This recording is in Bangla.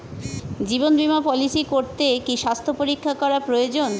জীবন বীমা পলিসি করতে কি স্বাস্থ্য পরীক্ষা করা প্রয়োজন?